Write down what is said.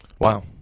Wow